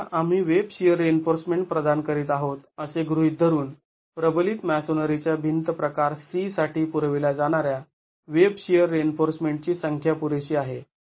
आता आम्ही web shear reinforcement प्रदान करीत आहोत असे गृहीत धरून प्रबलित मॅसोनरीच्या भिंत प्रकार C साठी पुरविल्या जाणाऱ्या वेब शिअर रिइन्फोर्समेंटची संख्या पुरेशी आहे